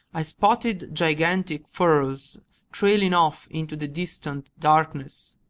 i spotted gigantic furrows trailing off into the distant darkness,